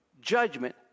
Judgment